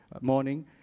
morning